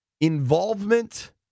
involvement